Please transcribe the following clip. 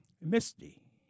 Misty